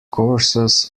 courses